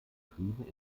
frieden